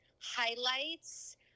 Highlights